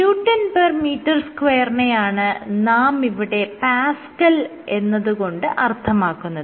Nm2 നെയാണ് നാം ഇവിടെ പാസ്കൽ എന്നത് കൊണ്ട് അർത്ഥമാക്കുന്നത്